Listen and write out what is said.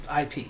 ip